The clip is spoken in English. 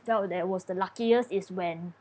felt that was the luckiest is when